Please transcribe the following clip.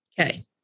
Okay